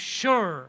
sure